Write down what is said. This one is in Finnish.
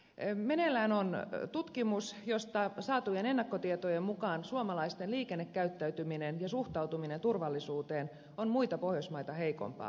meneillään on tutkimus josta saatujen ennakkotietojen mukaan suomalaisten liikennekäyttäytyminen ja suhtautuminen turvallisuuteen on muita pohjoismaita heikompaa